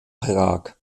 prag